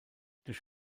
durch